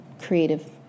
creative